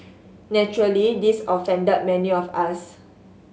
naturally this offended many of us